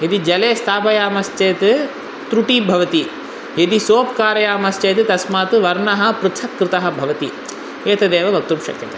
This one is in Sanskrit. यदि जले स्तापयामश्चेत् त्रुटिः भवति यदि सोप् कारयामश्चेत् तस्मात् वर्णः पृथक् कृतः भवति एतदेव वक्तुं शक्यते